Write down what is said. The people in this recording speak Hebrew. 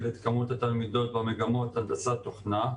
את כמות התלמידות במגמות: הנדסת תוכנה,